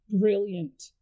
brilliant